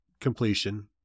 completion